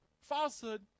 falsehood